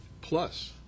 Plus